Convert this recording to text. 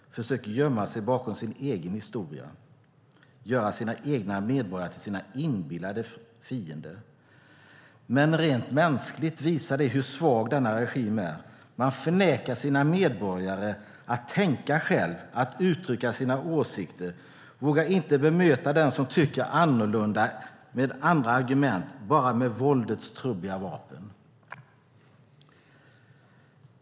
De försöker gömma sig bakom sin egen historia och göra sina egna medborgare till inbillade fiender, men rent mänskligt visar det hur svag denna regim är. Man förnekar sina medborgare att tänka själva och uttrycka sina åsikter. Man vågar inte bemöta den som tycker annorlunda med andra argument utan bara med våldets trubbiga vapen.